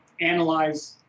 analyze